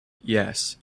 yes